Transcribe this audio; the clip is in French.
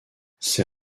ses